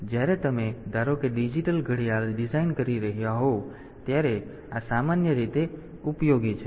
તેથી જ્યારે તમે ધારો કે ડિજિટલ ઘડિયાળ ડિઝાઇન કરી રહ્યાં હોવ ત્યારે આ સામાન્ય રીતે ઉપયોગી છે